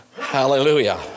Hallelujah